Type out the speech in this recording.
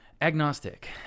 Agnostic